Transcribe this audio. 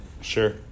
Sure